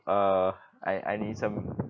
uh I I need some